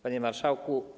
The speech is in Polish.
Panie Marszałku!